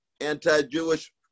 anti-Jewish